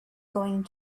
going